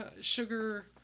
Sugar